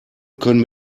können